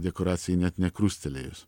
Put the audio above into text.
dekoracijai net nekrustelėjus